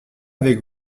avec